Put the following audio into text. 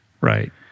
Right